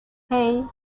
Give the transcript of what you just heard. hey